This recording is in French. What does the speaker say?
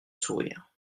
sourire